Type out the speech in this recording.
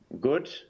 good